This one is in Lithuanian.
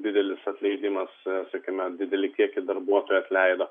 didelis atleidimas sakykime didelį kiekį darbuotojų atleido